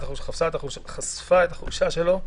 היא חשפה את החולשה שלו,